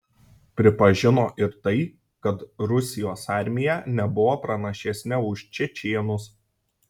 pripažino ir tai kad rusijos armija nebuvo pranašesnė už čečėnus